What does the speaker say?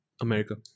America